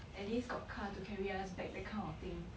at least got car to carry us back that kind of thing